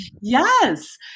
yes